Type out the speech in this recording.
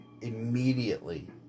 immediately